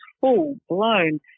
full-blown